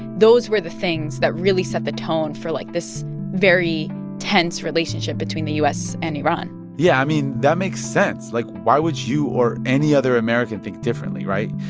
those were the things that really set the tone for, like, this very tense relationship between the u s. and iran yeah. i mean, that makes sense. like, why would you or any other american think differently, right?